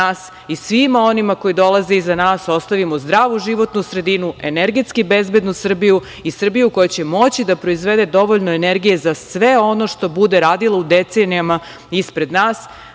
i svima onima koji dolaze iza nas, ostavimo zdravu životnu sredinu, energetski bezbednu Srbiju i Srbiju koja će moći da proizvede dovoljno energije za sve ono što bude radilo decenijama ispred nas.